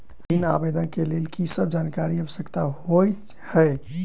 ऋण आवेदन केँ लेल की सब जानकारी आवश्यक होइ है?